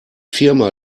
firma